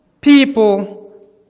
people